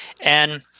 And-